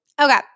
Okay